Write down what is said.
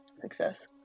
success